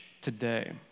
today